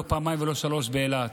לא פעמיים ולא שלוש באילת: